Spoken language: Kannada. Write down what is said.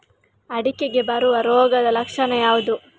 ಅಡಿಕೆಗೆ ಬರುವ ರೋಗದ ಲಕ್ಷಣ ಯಾವುದು?